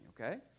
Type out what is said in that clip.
Okay